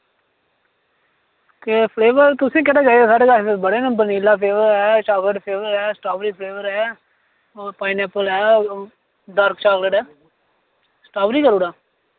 केह् फ्लेवर तुसें केह्ड़ा चाहिदा साढ़े कच्छ बड़े न वनीला फ्लेवर ऐ चाकलेट फ्लेवर ऐ स्ट्रावरी फ्लेवर ऐ ओह् पाइनएप्पल ऐ ओह् डार्क चकलेट ऐ स्टाबेरी करूड़ां